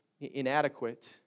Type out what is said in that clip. inadequate